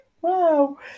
wow